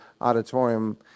auditorium